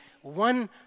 one